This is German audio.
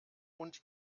und